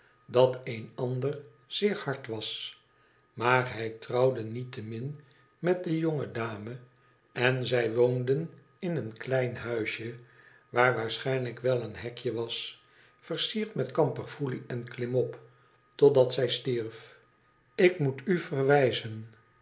dat eenander zeer hard was maar hij trouwde niettemin met de jonge dame en zij woonden in een klein huisje waar waarschijnlijk wel een hekje was versierd met kamperfoelie en klimop totdat zij stierf ik moet n verwijzen